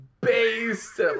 Based